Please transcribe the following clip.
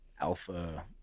Alpha –